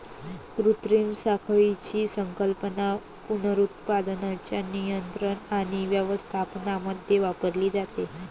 कृत्रिम साखळीची संकल्पना पुनरुत्पादनाच्या नियंत्रण आणि व्यवस्थापनामध्ये वापरली जाते